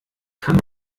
kann